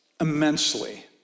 immensely